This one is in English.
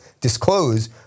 disclose